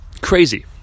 crazy